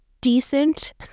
decent